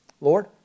Lord